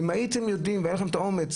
אם הייתם יודעים והיה לכם את האומץ,